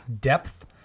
Depth